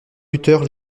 lutteur